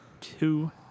Two